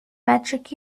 metric